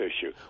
issue